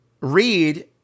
read